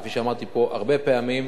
כפי שאמרתי פה הרבה פעמים,